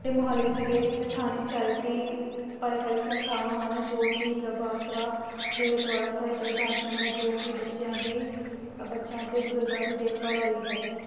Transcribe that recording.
ਅਤੇ ਮੋਹਾਲੀ ਜ਼ਿਲ੍ਹੇ ਵਿੱਚ ਸਥਾਨਿਕ ਚੈਰਿਟੀ ਭਾਈਚਾਰਿਕ ਸੰਸਥਾਵਾਂ ਹਨ ਜੋ ਕਿ ਪ੍ਰਭ ਆਸਰਾ ਅਤੇ ਰਤਵਾੜਾ ਸਾਹਿਬ ਬਿਰਧ ਆਸ਼ਰਮ ਹੈ ਜੋ ਕਿ ਬੱਚਿਆਂ ਦੀ ਬੱਚਿਆਂ ਅਤੇ ਬਜ਼ੁਰਗਾਂ ਦੀ ਦੇਖਭਾਲ ਲਈ ਹੈ